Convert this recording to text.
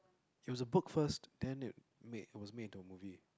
it was a book first then it made it was made into a movie